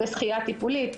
לשחייה טיפולית,